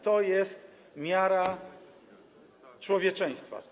To jest miara człowieczeństwa.